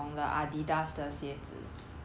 !wah! 我有一个叫 um